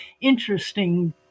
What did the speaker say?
interesting